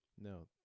No